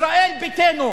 ישראל ביתנו.